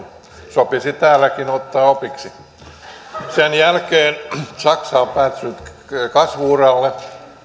sopisi täälläkin ottaa opiksi sen jälkeen saksa on päässyt kasvu uralle